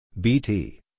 Bt